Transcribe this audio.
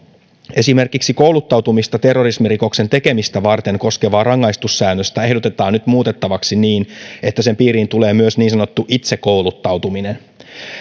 esimerkiksi kouluttautumista terrorismirikoksen tekemistä varten koskevaa rangaistussäännöstä ehdotetaan nyt muutettavaksi niin että sen piiriin tulee myös niin sanottu itsekouluttautuminen